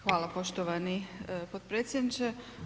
Hvala poštovani potpredsjedniče.